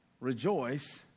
Rejoice